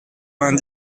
vingt